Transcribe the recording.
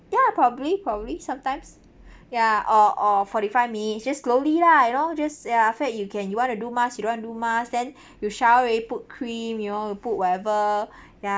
ya probably probably sometimes ya or or forty five minutes just slowly lah you know just ya in fact you can you want to do mask you don't want to do mask then you shower already put cream you know you put whatever